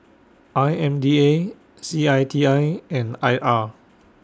I M D A C I T I and I R